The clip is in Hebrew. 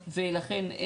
ולכן,